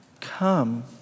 come